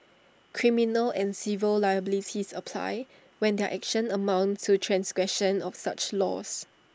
criminal and civil liabilities apply when their actions amounts to transgressions of such laws